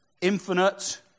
infinite